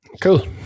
Cool